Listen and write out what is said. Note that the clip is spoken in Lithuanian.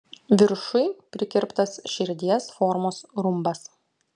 viršuj prikirptas širdies formos rumbas